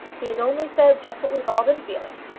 he has only said just what we've all been feeling.